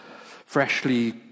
freshly